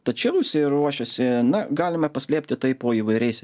tačiau jisai ruošiasi na galime paslėpti tai po įvairiais